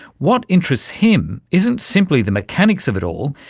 what interests him isn't simply the mechanics of it all,